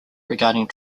regarding